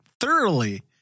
thoroughly